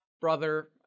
brother